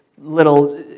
little